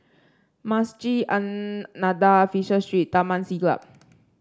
Masjid An Nahdhah Fisher Street and Taman Siglap